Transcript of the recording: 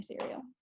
cereal